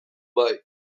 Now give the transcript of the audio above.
bai